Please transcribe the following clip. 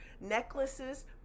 necklaces